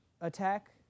attack